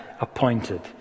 appointed